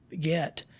get